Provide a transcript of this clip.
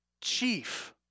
Chief